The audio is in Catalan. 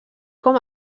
com